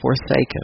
forsaken